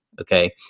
okay